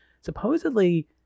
Supposedly